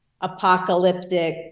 apocalyptic